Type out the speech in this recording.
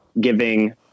giving